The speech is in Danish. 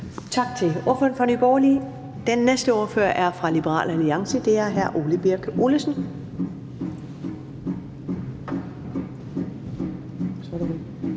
Tak til ordføreren for Nye Borgerlige. Den næste ordfører er fra Liberal Alliance, og det er hr. Ole Birk Olesen. Kl.